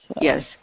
yes